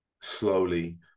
slowly